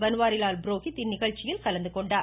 பன்வாரி லால் புரோஹித் இந்நிகழ்ச்சியில் கலந்துகொண்டார்